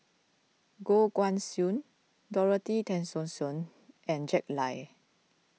Goh Guan Siew Dorothy Tessensohn and Jack Lai